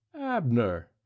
abner